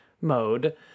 mode